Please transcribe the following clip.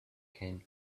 came